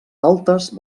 altes